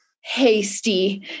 hasty